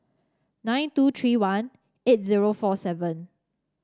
nine two three one eight zero four seven